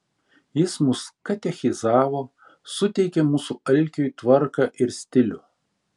jis mus katechizavo suteikė mūsų alkiui tvarką ir stilių